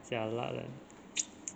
jialat leh